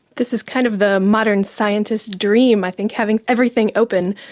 this is kind of the modern scientist's dream i think, having everything open.